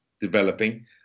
developing